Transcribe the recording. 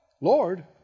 Lord